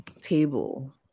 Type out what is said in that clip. table